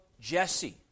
Jesse